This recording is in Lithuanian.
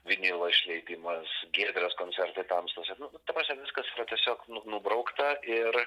vinilo išleidimas giedrės koncertai tamstose nu nu ta prasme viskas yra tiesiog nubraukta ir